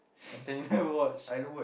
can tell you never watch